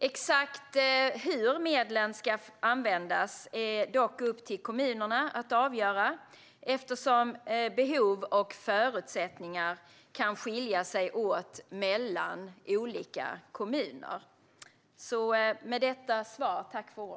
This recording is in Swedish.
Exakt hur medlen ska användas är dock upp till kommunerna att avgöra eftersom behov och förutsättningar kan skilja sig åt mellan olika kommuner.